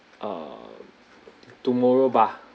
um tomorrow bah